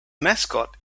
mascot